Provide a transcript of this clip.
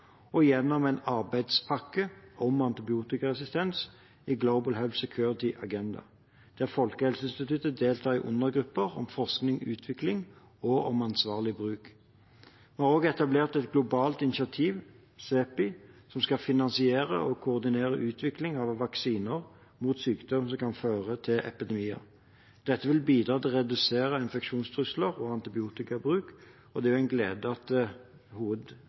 og gjennom en arbeidspakke om antibiotikaresistens, i Global Health Security Agenda, der Folkehelseinstituttet deltar i undergrupper om forskning og utvikling og om ansvarlig bruk. Vi har også etablert et globalt initiativ, CEPI, som skal finansiere og koordinere utvikling av vaksiner mot sykdom som kan føre til epidemier. Dette vil bidra til å redusere infeksjonstrusler og antibiotikabruk, og det er en glede at